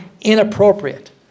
inappropriate